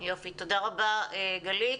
יופי, תודה רבה, גלית.